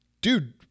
Dude